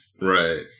Right